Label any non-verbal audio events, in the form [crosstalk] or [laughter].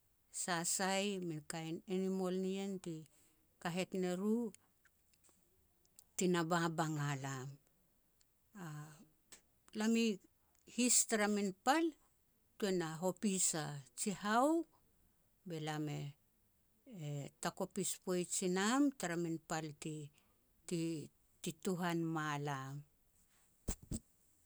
Sa sai min kain animal nien ti kahet ne ru, ti na babang a lam. A [hesitation] lam i his tara min pal, tuan a hopis a jihau, be lam e-e takopis poij i nam tara min pal ti-ti-ti tuhan ma lam.